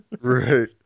right